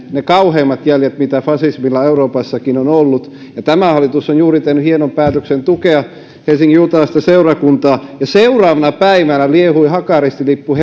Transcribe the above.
ne kauheimmat jäljet mitä fasismilla euroopassakin on ollut tämä hallitus on juuri tehnyt hienon päätöksen tukea helsingin juutalaista seurakuntaa ja seuraavana päivänä liehui hakaristilippu